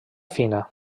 fina